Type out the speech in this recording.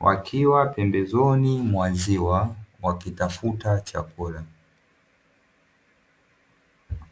Wakiwa pembezoni mwa ziwa, wakitafuta chakula.